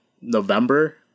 November